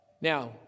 Now